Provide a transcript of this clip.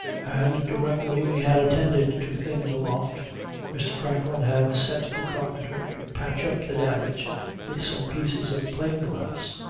and directly we had attended to things aloft mr. franklin had set the carpenter to patch up the damage with some pieces of plain glass.